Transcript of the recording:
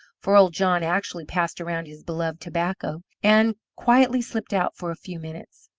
for old john actually passed around his beloved tobacco, ann quietly slipped out for a few minutes,